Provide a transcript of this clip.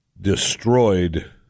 destroyed